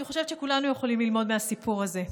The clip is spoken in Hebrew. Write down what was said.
אני חושבת שכולנו יכולים ללמוד מהסיפור הזה.